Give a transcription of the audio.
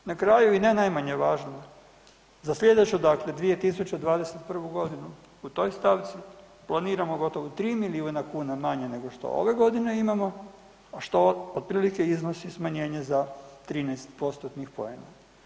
Na kraju i ne najmanje važno, za slijedeću dakle 2021.g. u toj stavci planiramo gotovo 3 milijuna kuna manje nego što ove godine imamo, a što otprilike iznosi smanjenje za 13%-tnih poena.